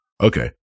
Okay